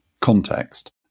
context